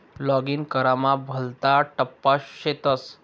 login करामा भलता टप्पा शेतस